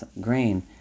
grain